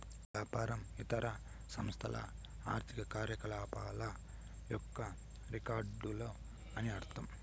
వ్యాపారం ఇతర సంస్థల ఆర్థిక కార్యకలాపాల యొక్క రికార్డులు అని అర్థం